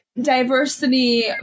diversity